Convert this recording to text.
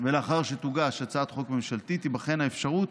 ולאחר שתוגש הצעת חוק ממשלתית, תיבחן האפשרות